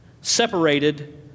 separated